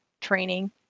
training